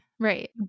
Right